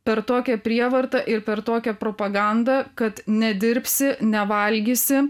per tokią prievartą ir per tokią propagandą kad nedirbsi nevalgysi